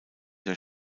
der